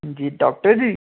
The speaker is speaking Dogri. जी डाक्टर जी